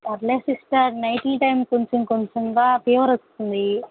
ఎట్లా sister night ఈ time కొంచెం కొంచెంగా ఫీవర్ వస్తుంది